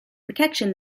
protection